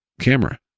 camera